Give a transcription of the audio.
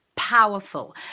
powerful